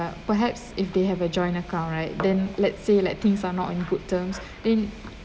perhaps if they have a joint account right then let's say like things are not in good terms then